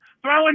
Throwing